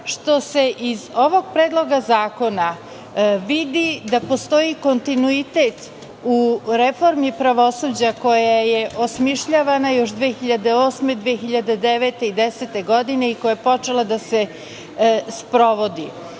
što se iz ovog predloga zakona vidi da postoji kontinuitet u reformi pravosuđa koja je osmišljavana još 2008, 2009. i 2010. godine i koja je počela da se sprovodi. Sve